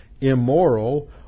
immoral